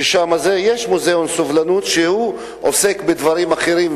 ששם יש מוזיאון סובלנות שעוסק בדברים אחרים,